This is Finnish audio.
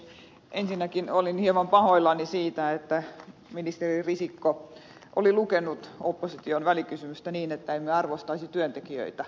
ensinnäkin olin hieman pahoillani siitä että ministeri risikko oli lukenut opposition välikysymystä niin ettemme arvostaisi työntekijöitä